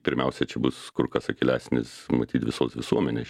pirmiausia čia bus kur kas akylesnis matyt visos visuomenės